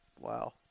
Wow